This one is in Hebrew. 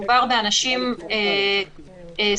מדובר באנשים ספורים,